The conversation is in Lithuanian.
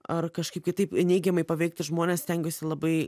ar kažkaip kitaip neigiamai paveikti žmones stengiuosi labai